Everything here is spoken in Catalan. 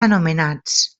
anomenats